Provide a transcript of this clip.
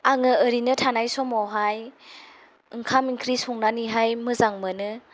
आङो ओरैनो थानाय समावहाय ओंखाम ओंख्रि संनानैहाय मोजां मोनो